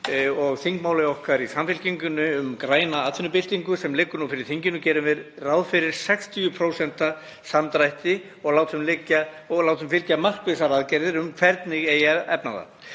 og þingmáli okkar í Samfylkingunni um græna atvinnubyltingu, sem liggur nú fyrir þinginu, gerum við ráð fyrir 60% samdrætti og látum fylgja markvissar aðgerðir um hvernig eigi að efna það.